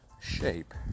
shape